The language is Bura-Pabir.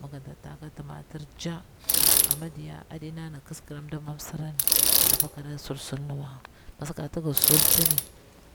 Mi ganta ta ka timatir ja amma diya aɗi nana kiskiramda pa msira ni apa kara sulsulniwa, mi sakati gi sultini